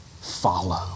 follow